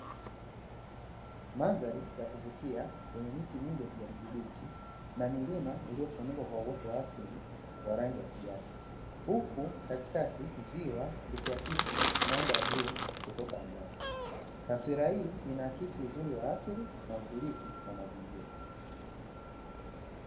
Mandhari ya kuvutia yenye miti mingi ya kijani kibichi, na milima iliyo funikwa kwa uoto wa asili wa rangi ya kijani, huku katikati ziwa likiakisi mwanga wa bluu kutoka angani. Taswira hii ina akisi uzuri wa asili na utulivu wa mazingira.